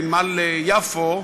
בנמל יפו,